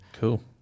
cool